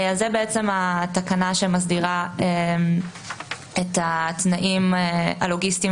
זו התקנה שמסדירה את התנאים הלוגיסטיים